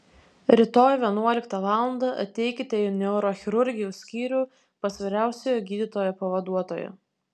rytoj vienuoliktą valandą ateikite į neurochirurgijos skyrių pas vyriausiojo gydytojo pavaduotoją